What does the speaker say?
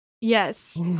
Yes